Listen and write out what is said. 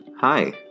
hi